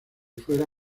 fuera